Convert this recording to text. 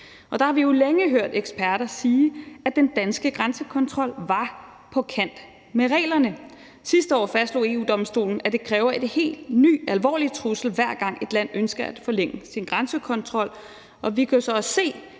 og der har vi jo længe hørt eksperter sige, at den danske grænsekontrol var på kant med reglerne. Sidste år fastslog EU-Domstolen, at det kræver en helt ny alvorlig trussel, hver gang et land ønsker at forlænge sin grænsekontrol, og vi kan jo så også se,